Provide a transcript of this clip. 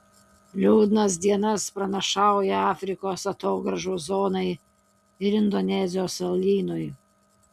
liūdnas dienas pranašauja afrikos atogrąžų zonai ir indonezijos salynui